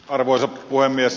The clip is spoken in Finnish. arvoisa puhemies